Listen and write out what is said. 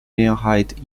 mehrheit